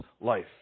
life